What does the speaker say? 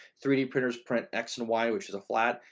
three d printers print x and y, which is a flat,